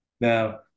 Now